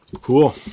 Cool